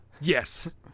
yes